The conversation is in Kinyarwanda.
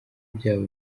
byabo